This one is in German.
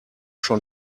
schon